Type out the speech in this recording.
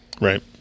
Right